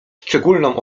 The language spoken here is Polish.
szczególną